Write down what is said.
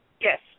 Yes